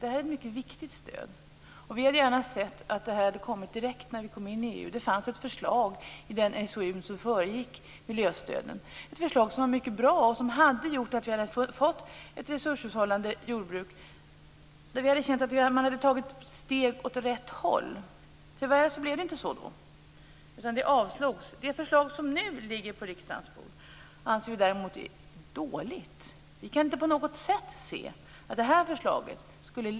Det är ett mycket viktigt stöd. Det fanns ett förslag i den SOU som föregick miljöstöden, ett förslag som var mycket bra och som hade gjort att vi hade fått ett resurshushållande jordbruk. Tyvärr blev det inte så, utan förslaget avslogs. Det förslag som nu ligger på riksdagens bord anser vi däremot är dåligt.